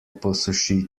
posuši